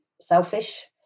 selfish